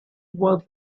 was